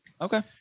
okay